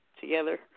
Together